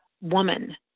woman